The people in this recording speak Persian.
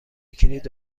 کلید